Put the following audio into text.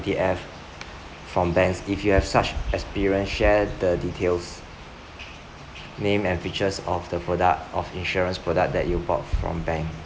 E_T_F from banks if you have such experience share the details name and features of the product of insurance product that you bought from bank